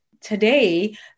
today